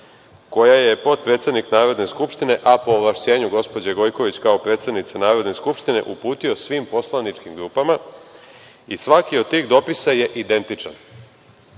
koji je potpredsednik Narodne skupštine, a po ovlašćenju gospođe Gojković, kao predsednice Narodne skupštine, uputio svim poslaničkim grupama i svaki od tih dopisa je identičan. Dakle